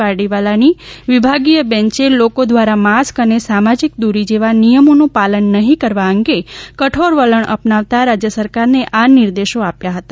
પારડીવાલાની વિભાગીય બેન્ચે લોકો દ્વારા માસ્ક અને સામાજિક દૂરી જેવા નિયમોનું પાલન નહીં કરવા અંગે કઠોર વલણ અપનાવતા રાજ્ય સરકારને આ નિર્દેશો આપ્યા હતા